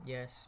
Yes